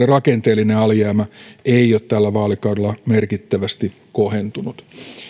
rakenteellinen alijäämä ei ole tällä vaalikaudella merkittävästi kohentunut